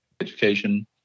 education